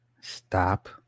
stop